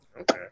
okay